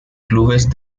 clubes